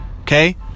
okay